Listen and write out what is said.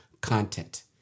content